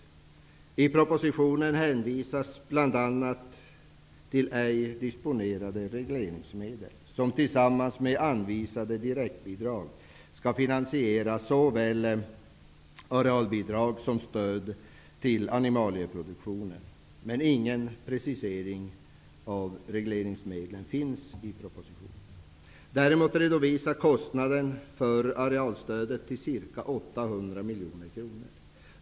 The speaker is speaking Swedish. I propositionen hänvisas bl.a. till ej disponerade regleringsmedel, som tillsammans med anvisade direktbidrag, skall finansiera såväl arealbidrag som stöd till animalieproduktionen. Men ingen precisering av regleringsmedlen finns i propositionen. Däremot redovisas kostnaden för arealstödet till ca 800 miljoner kronor.